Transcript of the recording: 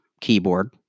keyboard